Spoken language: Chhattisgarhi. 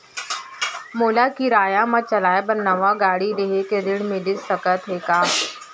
मोला किराया मा चलाए बर नवा गाड़ी लेहे के ऋण मिलिस सकत हे का?